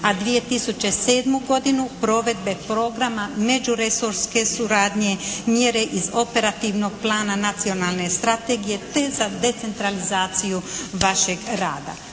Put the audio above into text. a 2007. godinu provedbe programa međuresorske suradnje, mjere iz operativnog plana nacionalne strategije te za decentralizaciju vašeg rada.